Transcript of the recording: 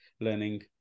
learning